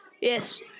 Yes